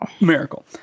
Miracle